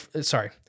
Sorry